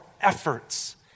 efforts